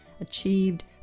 achieved